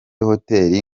hoteli